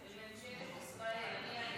של ממשלת ישראל, אני אענה לך.